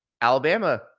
Alabama